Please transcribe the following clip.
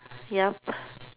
ya